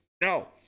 No